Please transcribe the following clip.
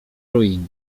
ruiny